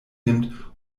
nimmt